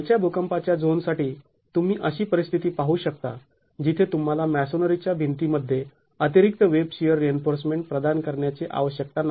खालच्या भूकंपाच्या झोनसाठी तुम्ही अशी परिस्थिती पाहू शकता जिथे तुम्हाला मॅसोनरीच्या भिंतीमध्ये अतिरिक्त वेब शिअर रिइन्फोर्समेंट प्रदान करण्याची आवश्यकता नाही